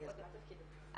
אני העוזרת שלהם.